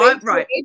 right